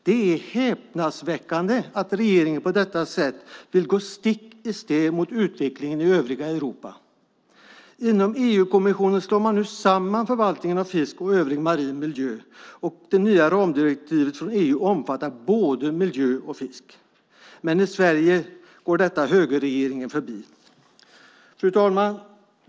Det är häpnadsväckande att regeringen på detta sätt vill gå stick i stäv mot utvecklingen i övriga Europa. Inom EU-kommissionen slår man nu samman förvaltningen av fisk och övrig marin miljö, och det nya ramdirektivet från EU omfattar både miljö och fisk. Men i Sverige går detta högerregeringen förbi. Fru ålderspresident!